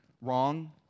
wrong